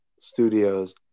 Studios